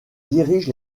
dirige